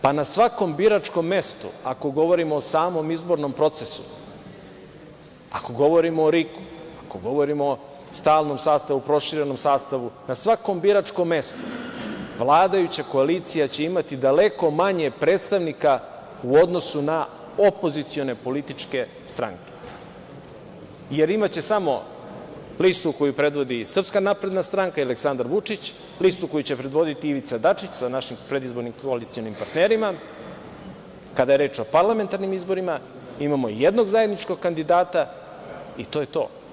Pa, na svakom biračkom mestu, ako govorimo o samom izbornom procesu, ako govorimo o RIK, ako govorimo o stalnom sastavu, proširenom sastavu, na svakom biračkom mestu, vladajuća koalicija će imati daleko manje predstavnika u odnosu na opozicione političke stranke, jer imaće samo listu koju predvodi SNS i Aleksandar Vučić, listu koju će predvoditi Ivica Dačić, sa našim predizbornim koalicionim partnerima, kada je reč o parlamentarnim izborima, imamo jednog zajedničkog kandidata i to je to.